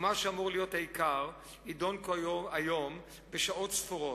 ומה שאמור להיות העיקר יידון כאן היום בשעות ספורות.